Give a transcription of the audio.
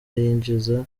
yinjiza